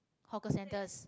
hawker centres